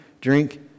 drink